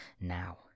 now